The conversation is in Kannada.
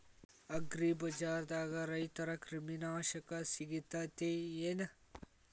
ಅಗ್ರಿಬಜಾರ್ದಾಗ ರೈತರ ಕ್ರಿಮಿ ನಾಶಕ ಸಿಗತೇತಿ ಏನ್?